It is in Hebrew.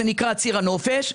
זה נקרא ציר הנופש.